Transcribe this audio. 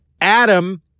Adam